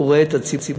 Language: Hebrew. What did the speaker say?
רואה את הציבור.